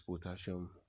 potassium